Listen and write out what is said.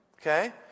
Okay